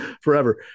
Forever